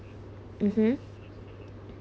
mmhmm